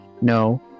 no